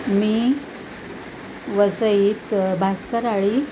मी वसईत भास्कर आळी